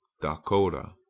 Dakota